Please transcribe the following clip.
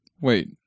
Wait